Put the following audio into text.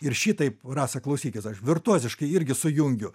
ir šitaip rasa klausykis aš virtuoziškai irgi sujungiu